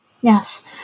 yes